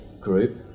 group